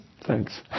Thanks